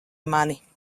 mani